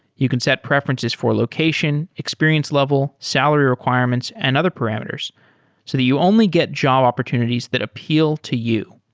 you can set preferences for location, experience level, salary requirements and other parameters so that you only get job opportunities that appeal to you.